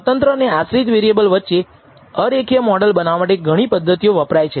સ્વતંત્ર અને આશ્રિત વેરિએબલ વચ્ચે અરેખીય મોડલ બનાવવા માટે ઘણી પદ્ધતિઓ વપરાય છે